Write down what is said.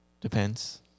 Depends